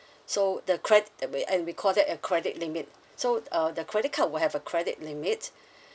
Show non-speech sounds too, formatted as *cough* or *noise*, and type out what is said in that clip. so the cred~ uh wait and we call that a credit limit so uh the credit card will have a credit limit *breath*